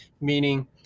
meaning